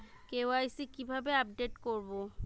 KYC কিভাবে update করব?